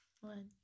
one